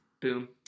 Boom